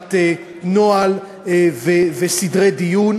מבחינת נוהל וסדרי דיון.